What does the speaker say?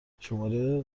شماره